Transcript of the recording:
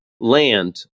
land